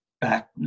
back